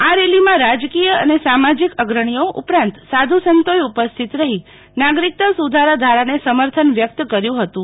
આ રેલીમાં રાજકીય અને સમાજિક અગ્રણીઓ ઉપરાંત સાધુ સંતોએ ઉપસ્થિત રફી નાગરિકતા સુધારા ધારાને સમર્થન વ્યક્ત કર્યુ હતું